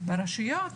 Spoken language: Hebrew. ברשויות